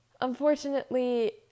unfortunately